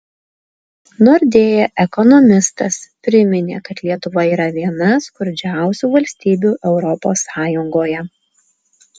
nordea ekonomistas priminė kad lietuva yra viena skurdžiausių valstybių europos sąjungoje